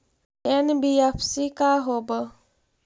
NBFC का होब?